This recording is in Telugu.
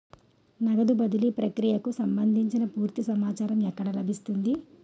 నగదు బదిలీ ప్రక్రియకు సంభందించి పూర్తి సమాచారం ఎక్కడ లభిస్తుంది?